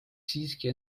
siiski